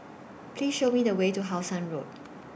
Please Show Me The Way to How Sun Road